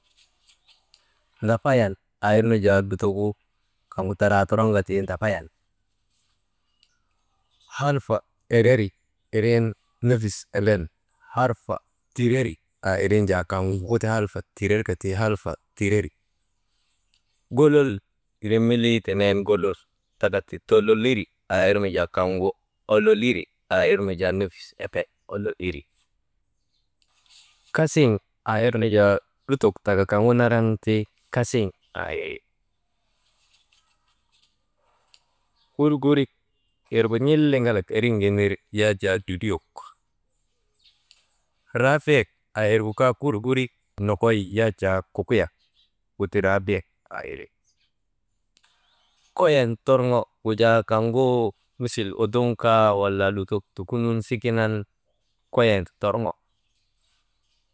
Ndafayan aa irnu jaa lutogu kaŋgu daraa toroŋka ti ndafayan, halfa ereri irin nefis nenen halfa tireri irin jaa kaŋgu ti halfa tirerka ti halfa tireri, golol irin milii tenen golol taka ti tololiri wirin jaa kaŋgu, ololiri aa irnu jaa nefis emben iri, kasiŋ aa irnu jaa lutok taka kaŋgu naran ti, kasiŋ aa iri, gurgurik irgu n̰illiŋalak erin gin ner yak jaa luluyok raabiyek aa irgu kaa jaa gurgurik nokoy yak jaa kukuyak guti raabiyek aa iri koyen torŋo gujaa kaŋgu misil udum kaa wala lutok tukunun sikinan koyen torŋo.